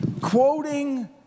quoting